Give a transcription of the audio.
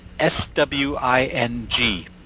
s-w-i-n-g